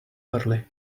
early